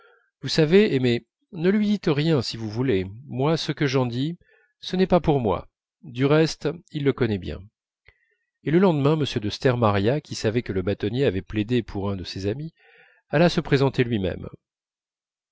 vous savez aimé ne lui dites rien si vous voulez moi ce que j'en dis ce n'est pas pour moi du reste il le connaît bien et le lendemain m de stermaria qui savait que le bâtonnier avait plaidé pour un de ses amis alla se présenter lui-même